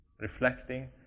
reflecting